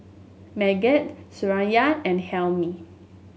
Megat Suraya and Hilmi